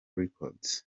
records